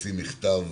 -- ולהוציא מכתב